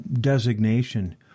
designation